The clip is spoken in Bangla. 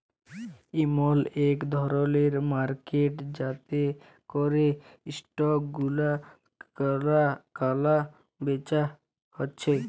ইমল ইক ধরলের মার্কেট যাতে ক্যরে স্টক গুলা ক্যালা বেচা হচ্যে